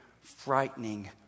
frightening